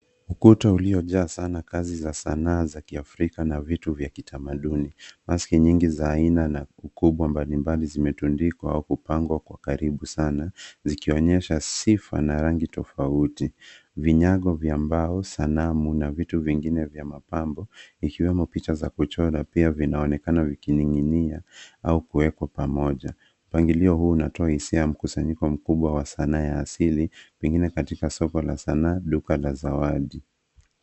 Ukuta uliojaa sana kazi za sanaa za kiafrika na vitu vya kitamaduni. Mask nyingi za aina na ukubwa mbalimbali zimetundikwa au kupangwa kwa karibu sana zikionyesha sifa na rangi tofauti. Vinyago vya mbao, sanamu na vitu vingine vya mapambo ikiwemo picha za kuchora pia vinaonekana vikining'inia au kuwekwa pamoja. Mpangilio huu unatoa hisia ya mkusanyiko mkubwa wa sanaa ya asili pengine katika soko la sanaa duka la zawadi.